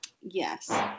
Yes